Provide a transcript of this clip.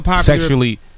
sexually